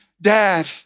Dad